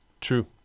true